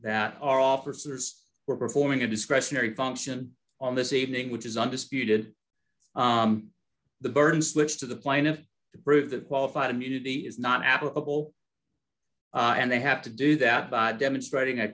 that our officers were performing a discretionary function on this evening which is undisputed the burden slips to the plaintiff to prove that qualified immunity is not applicable and they have to do that by demonstrating a